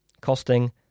costing